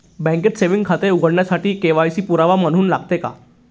बँकेत सेविंग खाते उघडण्यासाठी के.वाय.सी पुरावा म्हणून लागते का?